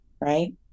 right